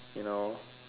you know